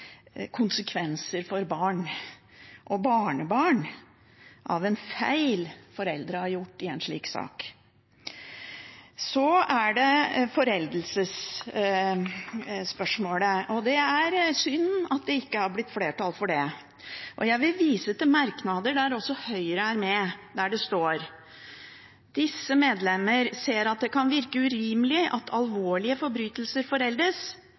konsekvenser for barn og barnebarn av en feil foreldre har gjort i en slik sak. Så er det foreldelsesspørsmålet, og det er synd at det ikke har blitt flertall for det. Jeg vise til en merknad der også Høyre er med, der det står: «Disse medlemmer ser at det kan virke urimelig at alvorlige forbrytelser